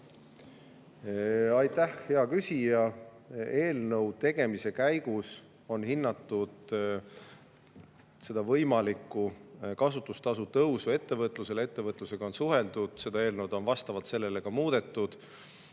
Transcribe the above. Aitäh, hea küsija! Eelnõu tegemise käigus on hinnatud võimalikku kasutustasu tõusu ettevõtlusele. Ettevõtjatega on suheldud, eelnõu on vastavalt sellele ka muudetud